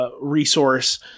resource